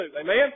Amen